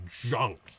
junk